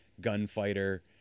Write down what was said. gunfighter